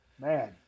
Man